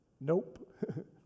Nope